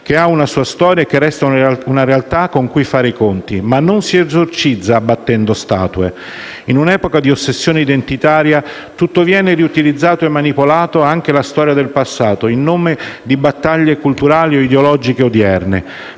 che ha una sua storia che resta una realtà con cui fare i conti, ma non si esorcizza abbattendo statue. In un'epoca di ossessioni identitarie, tutto viene riutilizzato e manipolato, anche la storia del passato, in nome di battaglie culturali o ideologiche odierne.